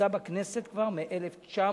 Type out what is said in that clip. שנמצא בכנסת כבר מ-1999,